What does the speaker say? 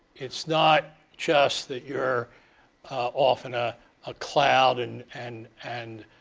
it's not just that you're off in a ah cloud and and and